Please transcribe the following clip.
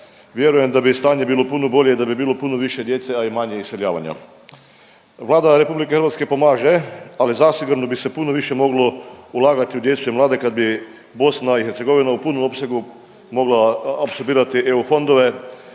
vjerujem da bi stanje bilo puno bolje i da bi bilo puno više djece, a i manje iseljavanja. Vlada RH pomaže, ali zasigurno bi se puno više moglo ulagati u djecu i mlade kad bi BiH u punom opsegu mogla apsorbirati EU fondove